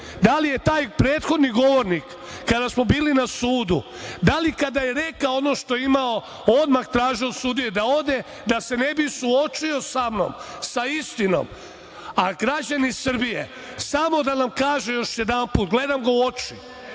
Da li je taj prethodni govornik kada smo bili na sudu, da li kada je rekao ono što je imao odmah tražio sudiji da ode, da se ne bi suočio sa mnom, sa istinom, a građani Srbije samo da nam kaže još jednom, gledam ga u oči,